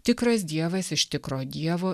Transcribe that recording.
tikras dievas iš tikro dievo